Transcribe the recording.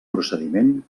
procediment